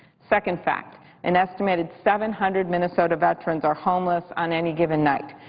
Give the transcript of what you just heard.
second fact an estimated seven hundred minimum but veterans are homeless on any given night,